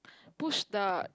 push the